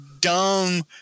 dumb